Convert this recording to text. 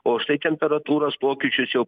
o štai temperatūros pokyčius jau